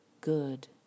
good